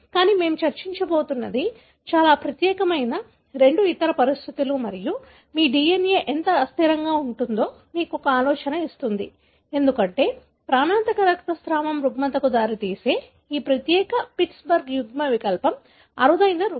కానీ మేము చర్చించబోతున్నది చాలా ప్రత్యేకమైన రెండు ఇతర పరిస్థితులు మరియు మీ DNA ఎంత అస్థిరంగా ఉంటుందో మీకు ఒక ఆలోచన ఇస్తుంది ఎందుకంటే ప్రాణాంతక రక్తస్రావం రుగ్మతకు దారితీసే ఈ ప్రత్యేక పిట్స్బర్గ్ యుగ్మవికల్పం అరుదైన రూపం